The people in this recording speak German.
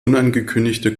unangekündigte